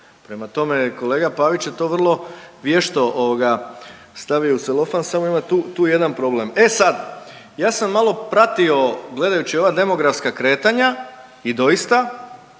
Prema tome, kolega Pavić je to vrlo vješto, ovoga, stavio u celofan, samo ima tu, tu jedan problem. E sad, ja sam malo pratio gledajući ova demografska kretanja i doista,